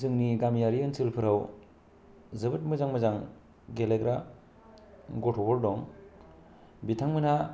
जोंनि गामियारि ओनसोलफ्राव जोबोद मोजां मोजां गेलेग्रा गथ'फोर दं बिथांमोनहा